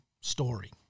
story